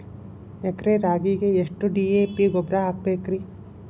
ಎಕರೆ ರಾಗಿಗೆ ಎಷ್ಟು ಡಿ.ಎ.ಪಿ ಗೊಬ್ರಾ ಹಾಕಬೇಕ್ರಿ?